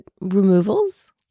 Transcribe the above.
removals